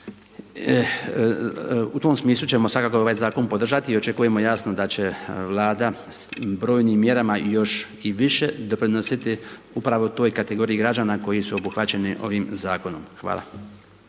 u tom smislu ćemo svakako ovaj zakon podržati i očekujemo jasno da će Vlada brojnim mjerama i još i više doprinositi upravo toj kategoriji građani koji su obuhvaćeni ovim zakonom. Hvala.